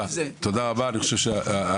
תודה רבה אני חושב שהנקודה